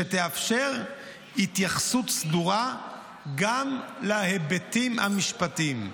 שתאפשר התייחסות סדורה גם להיבטים המשפטיים.